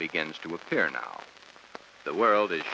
begins to appear now the world is